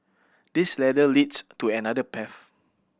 this ladder leads to another path